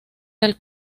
del